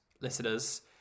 Listeners